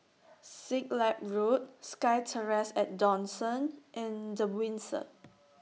Siglap Road SkyTerrace At Dawson and The Windsor